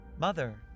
mother